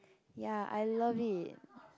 ya I love it